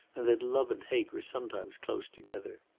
and that love and hate were sometimes close together.